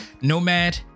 nomad